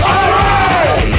Alright